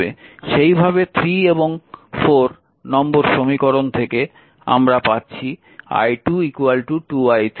সেই ভাবে এবং নম্বর সমীকরণ থেকে আমরা পেয়েছি i2 2 i3